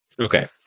Okay